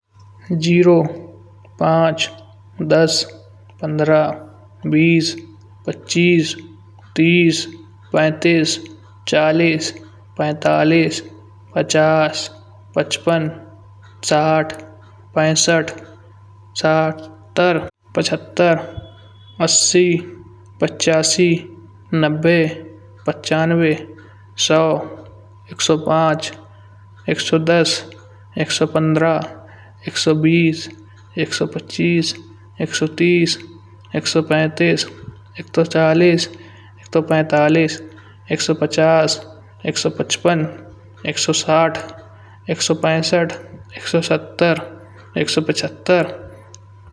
शून्य, पाँच, दस, पंद्रह, बीस, पच्चीस, तीस, पैंतीस, चालीस, पैंतालीस, पचास, पचपन, साठ, पैंसठ, सत्तर, पचहत्तर, अस्सी, पचासी, नब्बे, पच्चानवे, एक सौ। एक सौ पाँच, एक सौ दस, एक सौ पंद्रह, एक सौ बीस, एक सौ पच्चीस, एक सौ तीस, एक सौ पैंतीस, एक सौ चालीस, एक सौ पैंतालीस, एक सौ पचास। एक सौ पचपन, एक सौ साठ, एक सौ पैंसठ, एक सौ सत्तर, एक सौ पचहत्तर।